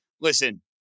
Listen